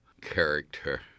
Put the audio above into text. character